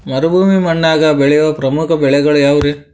ಮರುಭೂಮಿ ಮಣ್ಣಾಗ ಬೆಳೆಯೋ ಪ್ರಮುಖ ಬೆಳೆಗಳು ಯಾವ್ರೇ?